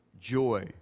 joy